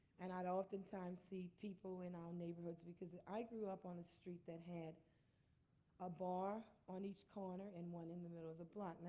and i'd oftentimes see people in our neighborhoods because i grew up on the street that had a bar on each corner and one in the middle of the block.